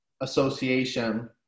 association